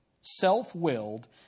self-willed